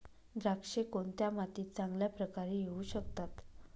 द्राक्षे कोणत्या मातीत चांगल्या प्रकारे येऊ शकतात?